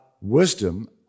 wisdom